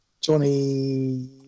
Johnny